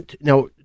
Now